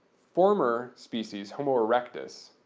former species, homo erectus,